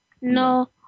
No